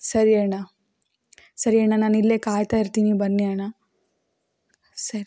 ಸರಿ ಅಣ್ಣ ಸರಿ ಅಣ್ಣ ನಾನಿಲ್ಲೇ ಕಾಯ್ತಾ ಇರ್ತಿನಿ ಬನ್ನಿ ಅಣ್ಣ ಸರಿ